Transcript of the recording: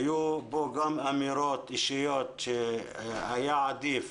היו בו גם אמירות אישיות שהיה עדיף